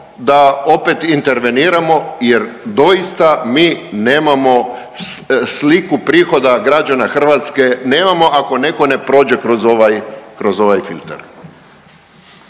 da opet interveniramo jer doista mi nemamo sliku prihoda građana Hrvatske, nemamo ako netko ne prođe kroz ovaj filter.